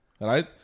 right